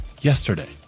yesterday